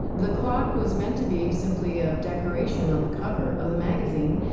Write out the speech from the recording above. the clock was meant to be simply a decoration on the cover of the magazine,